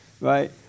Right